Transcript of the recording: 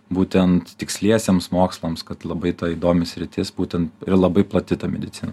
būtent tiksliesiems mokslams kad labai ta įdomi sritis būtent ir labai plati ta medicina